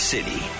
City